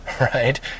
right